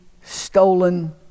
stolen